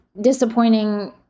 disappointing